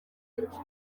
records